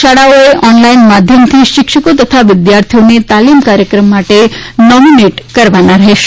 શાળાઓએ online માધ્યમથી શિક્ષકો તથા વિદ્યાર્થીઓને તાલીમ કાર્યક્રમ માટે નોમીનેટ કરવાના રહેશે